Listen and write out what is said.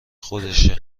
خودش